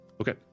Okay